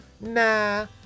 nah